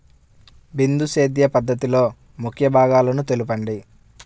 బిందు సేద్య పద్ధతిలో ముఖ్య భాగాలను తెలుపండి?